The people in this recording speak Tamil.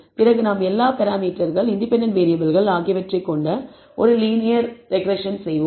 பிறகு நாம் எல்லா பராமீட்டர்கள் இண்டிபெண்டன்ட் வேறியபிள்கள் ஆகியவற்றைக் கொண்ட ஒரு லீனியர் ரெக்ரெஸ்ஸன் செய்வோம்